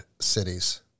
cities